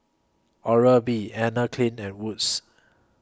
Oral B Anne Klein and Wood's